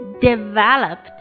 developed